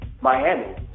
Miami